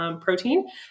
protein